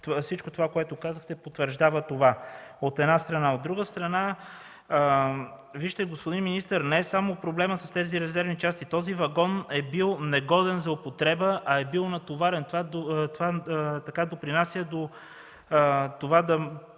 всичко, което казахте, потвърждава това, от една страна. От друга страна, вижте, господин министър, не е само проблемът с тези резервни части. Този вагон е бил негоден за употреба, а е бил натоварен. Може да стане някакъв друг